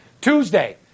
Tuesday